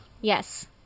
Yes